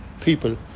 people